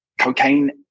Cocaine